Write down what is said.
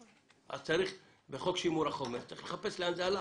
אז בחוק שימור החומר צריך לחפש לאן זה הלך,